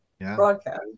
broadcast